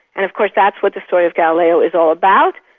and of course that's what the story of galileo is all about.